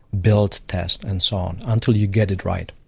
build, test, and so on, until you get it right.